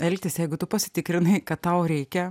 elgtis jeigu tu pasitikrinai kad tau reikia